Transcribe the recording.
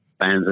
fans